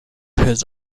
his